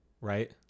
right